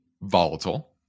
volatile